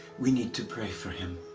we need to pray for him.